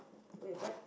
wait what